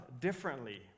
differently